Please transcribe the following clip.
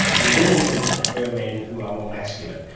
and women tend to prefer men who are more masculine.